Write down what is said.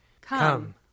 Come